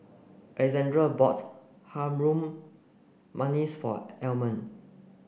Alexande bought Harum Manis for Almer